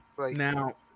Now